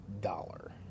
dollar